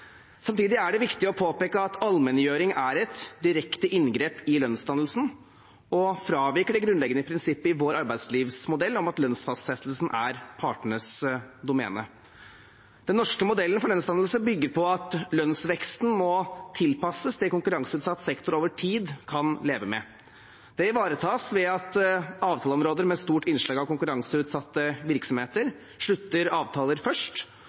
Samtidig er det viktig å påpeke at allmenngjøring er et direkte inngrep i lønnsdannelsen og fraviker det grunnleggende prinsippet i vår arbeidslivmodell om at lønnsfastsettelsen er partenes domene. Den norske modellen for lønnsdannelse bygger på at lønnsveksten må tilpasses det konkurranseutsatt sektor over tid kan leve med. Det ivaretas ved at avtaleområder med stort innslag av konkurranseutsatte virksomheter slutter avtaler først,